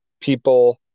people